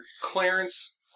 Clarence